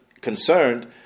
concerned